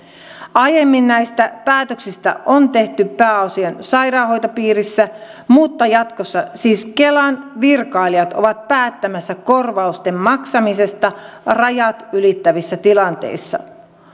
aiemmin näitä päätöksiä on tehty pääosin sairaanhoitopiirissä mutta jatkossa siis kelan virkailijat ovat päättämässä korvausten maksamisesta rajat ylittävissä tilanteissa